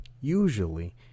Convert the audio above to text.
usually